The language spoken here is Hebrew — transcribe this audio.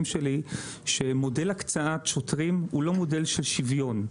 שלי שמודל הקצאת שוטרים הוא לא מודל של שוויון.